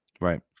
Right